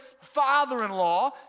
father-in-law